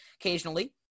occasionally